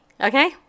Okay